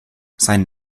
sein